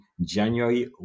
January